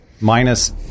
minus